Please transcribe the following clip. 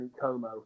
Como